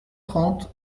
trente